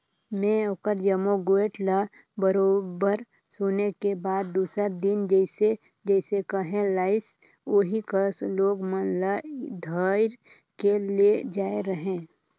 में ओखर जम्मो गोयठ ल बरोबर सुने के बाद दूसर दिन जइसे जइसे कहे लाइस ओही कस लोग मन ल धइर के ले जायें रहें